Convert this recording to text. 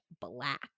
black